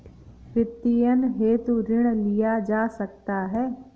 वित्तीयन हेतु ऋण लिया जा सकता है